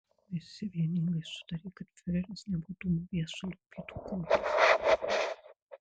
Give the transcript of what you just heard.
visi vieningai sutarė kad fiureris nebūtų mūvėjęs sulopytų kojinių